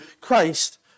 Christ